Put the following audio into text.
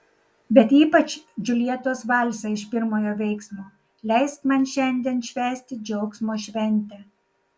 bet ypač džiuljetos valsą iš pirmojo veiksmo leisk man šiandien švęsti džiaugsmo šventę